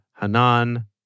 Hanan